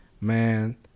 man